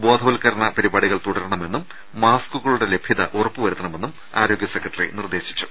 ബോധവൽക്കരണ പരിപാടി കൾ തുടരണമെന്നും മാസ്കുകളുടെ ലഭ്യത ഉറപ്പുവരുത്തണമെന്നും ആരോഗ്യ സെക്രട്ടറി നിർദ്ദേശിച്ചു